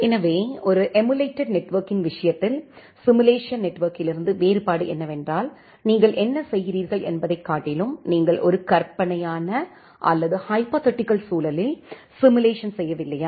எனவே ஒரு எமுலேடெட் நெட்வொர்க்கின் விஷயத்தில் சிம்முலேசன் நெட்வொர்க்கிலிருந்து வேறுபாடு என்னவென்றால் நீங்கள் என்ன செய்கிறீர்கள் என்பதைக் காட்டிலும் நீங்கள் ஒரு கற்பனையான அல்லது ஹைபோதட்டிக்கல் சூழலில் சிம்முலேசன் செய்யவில்லையா